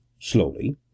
slowly